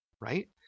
right